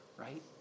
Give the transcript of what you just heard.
right